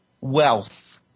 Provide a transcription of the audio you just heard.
wealth